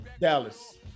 Dallas